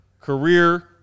Career